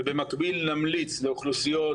ובמקביל נמליץ לאוכלוסיות